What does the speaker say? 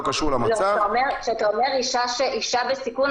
קשור למצב --- כשאתה אומר אישה בסיכון,